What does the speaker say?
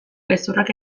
gezurrak